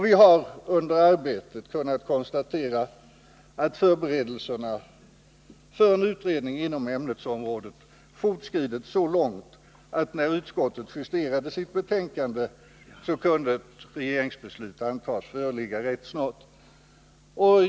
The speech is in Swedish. Vi har under arbetet kunnat konstatera att förberedelserna för en utredning inom ämnesområdet fortskridit så långt att när utskottet justerade sitt betänkande kunde ett regeringsbeslut antas föreligga rätt snart.